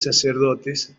sacerdotes